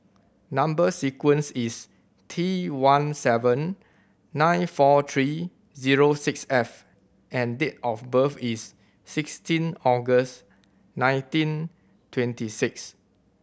number sequence is T one seven nine four three zero six F and date of birth is sixteen August nineteen twenty six